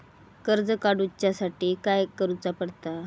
कर्ज काडूच्या साठी काय करुचा पडता?